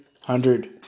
hundred